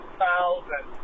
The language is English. thousand